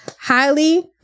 highly